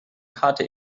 karte